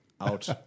Out